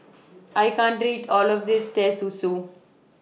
I can't eat All of This Teh Susu